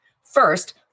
First